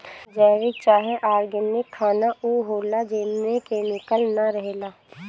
जैविक चाहे ऑर्गेनिक खाना उ होला जेमे केमिकल ना रहेला